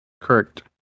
correct